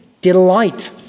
Delight